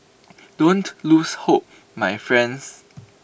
don't lose hope my friends